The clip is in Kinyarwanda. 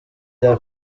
rya